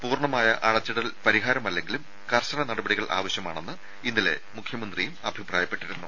പൂർണ്ണമായ അടച്ചിടൽ പരിഹാരമല്ലെങ്കിലും കർശന നടപടികൾ ആവശ്യമാണെന്ന് ഇന്നലെ മുഖ്യമന്ത്രിയും അഭിപ്രായപ്പെട്ടിരുന്നു